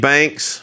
Banks